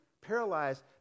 paralyzed